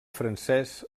francès